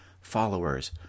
followers